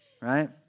right